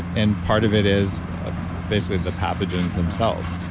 and part of it is basically the pathogens themselves.